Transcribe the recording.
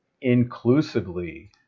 inclusively